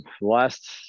Last